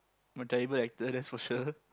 I'm a terrible actor that's for sure